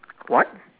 what